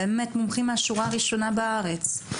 באמת מומחים מהשורה הראשונה בארץ.